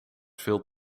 veel